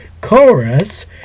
chorus